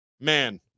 man